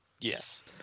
Yes